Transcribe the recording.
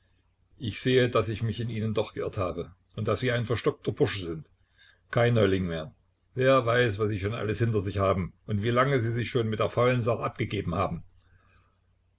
ich sehe daß ich mich in ihnen doch geirrt habe und daß sie ein verstockter bursche sind kein neuling mehr wer weiß was sie schon alles hinter sich haben und wie lange sie sich schon mit der faulen sache abgegeben haben